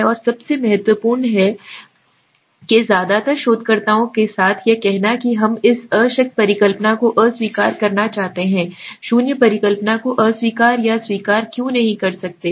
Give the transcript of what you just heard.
और सबसे महत्वपूर्ण है बात यह है कि ज्यादातर शोधकर्ताओं के साथ यह कहना है कि हम इस अशक्त परिकल्पना को अस्वीकार करना चाहते हैं शून्य परिकल्पना को अस्वीकार या अस्वीकार क्यों करना चाहते हैं